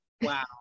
Wow